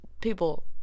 people